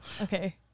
Okay